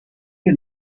you